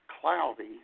cloudy